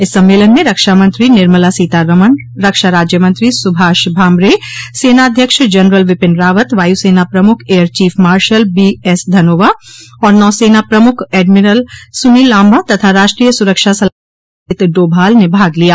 इस सम्मेलन में रक्षामंत्री निर्मला सीता रमण रक्षा राज्यमंत्री सुभाष भामरे सेना अध्यक्ष जनरल विपिन रावत वायुसेना प्रमुख air chief marshal B S Dhanoa और नौसेना प्रमुख एडमिरल सुनील लाम्बा तथा राष्ट्रीय सुरक्षा सलाहकार अजीत डोभाल ने भाग लिया